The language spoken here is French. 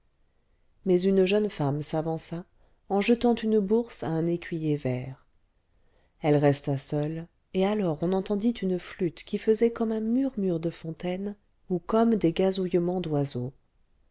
mais une jeune femme s'avança en jetant une bourse à un écuyer vert elle resta seule et alors on entendit une flûte qui faisait comme un murmure de fontaine ou comme des gazouillements d'oiseau